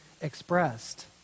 expressed